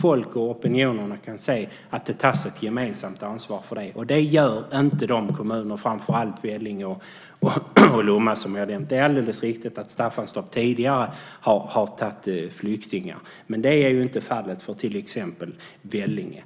folk kunna se att det tas ett gemensamt ansvar för det. Och det gör inte dessa kommuner, framför allt Vellinge och Lomma som jag har nämnt. Det är alldeles riktigt att Staffanstorp tidigare har tagit emot flyktingar. Men det är inte fallet för till exempel Vellinge.